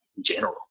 general